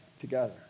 together